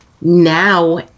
now